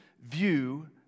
view